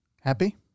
Happy